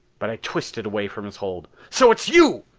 but i twisted away from his hold. so it's you!